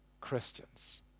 Christians